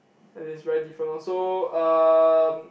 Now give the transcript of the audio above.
that is very different lor so um